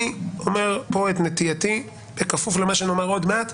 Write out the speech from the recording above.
אני אומר כאן את נטייתי בכפוף למה שנאמר עוד מעט.